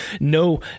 no